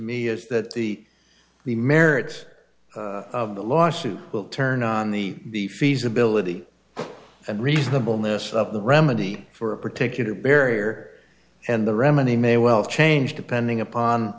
me is that the the merits of the lawsuit will turn on the feasibility and reasonable miss of the remedy for a particular barrier and the remedy may well change depending upon